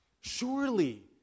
Surely